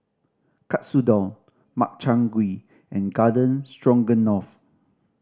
Katsudon Makchang Gui and Garden Stroganoff